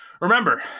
Remember